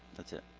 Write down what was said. that's it.